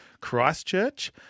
Christchurch